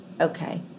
Okay